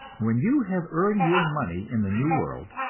when you have earned your money in the new world,